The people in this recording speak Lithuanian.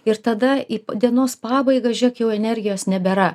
ir tada į dienos pabaigą žėk jau energijos nebėra